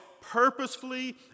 purposefully